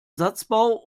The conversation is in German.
satzbau